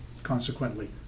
Consequently